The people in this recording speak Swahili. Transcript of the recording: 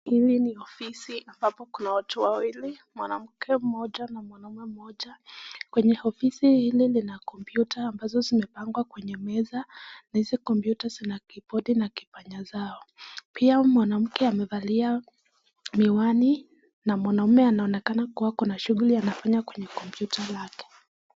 Hili ni ofisi ambapo kuna watu wawili mwanamke mmoja na mwanaume mmoja kwenye ofisi hili lina kompyuta ambazo zimepangwa kwenye meza. Hizi kompyuta zina kibodi na kipanya zao pia mwanamke amevalia miwani na mwanaume anaonekana kuwa kuna shughuli anafanya kwenye kompyuta lake.